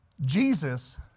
Jesus